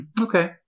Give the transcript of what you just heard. Okay